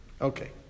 okay